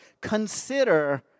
consider